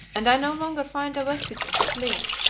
and i no longer find a vestige of the fleet,